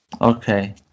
Okay